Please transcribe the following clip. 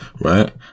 right